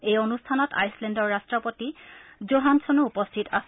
এই অনুষ্ঠানত আইচলেণ্ডৰ ৰাষ্ট্ৰপতি জোহান্সনো উপস্থিত আছিল